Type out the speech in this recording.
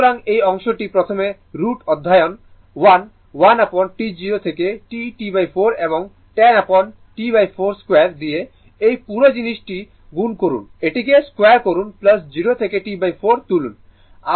সুতরাং এই অংশটি প্রথমে √ অধীনে 1 1 upon T0 থেকে T T4 এবং 10 upon T42 দিয়ে এই পুরো জিনিসটি গুণ করুন এটিকে 2 করুন 0 থেকে T4 করে তুলুন